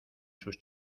sus